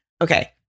okay